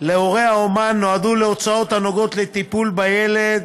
להורה האומן נועדו להוצאות הנוגעות לטיפול בילד,